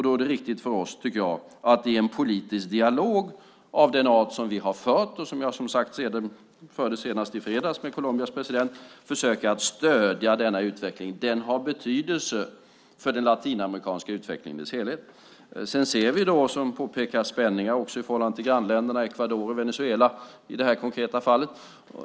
Då är det viktigt för oss, tycker jag, att i en politisk dialog av den art som vi har fört och som jag, som sagt, förde senast i fredags med Colombias president, försöka stödja denna utveckling. Den har betydelse för den latinamerikanska utvecklingen i dess helhet. Sedan ser vi, som påpekas, spänningar också i förhållande till grannländerna, Ecuador och Venezuela i det här konkreta fallet.